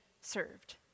served